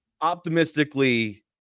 Optimistically